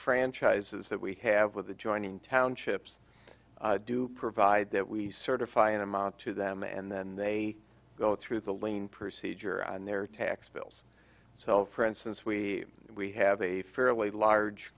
franchises that we have with adjoining townships do provide that we certify an amount to them and then they go through the lean procedure on their taxes itself for instance we we have a fairly large